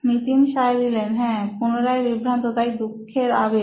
নিতিন হ্যাঁ পুনরায় বিভ্রান্ত তাই দুঃখের আবেগ